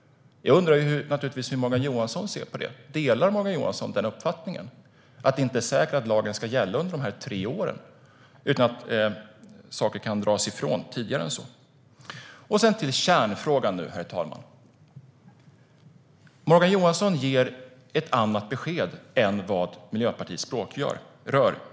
Hur ser Morgan Johansson på det? Delar Morgan Johansson uppfattningen att det inte är säkert att lagen ska gälla under tre år utan att delar kan dras tillbaka tidigare än så? Så till kärnfrågan, herr talman. Morgan Johansson ger ett annat besked än vad Miljöpartiets språkrör gör.